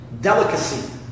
delicacy